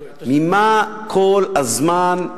ממה כל הזמן,